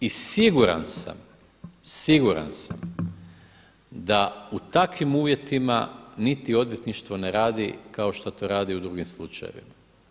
I siguran sam, siguran sam da u takvim uvjetima niti odvjetništvo ne radi kao što to radi u drugim slučajevima.